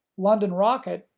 london rocket,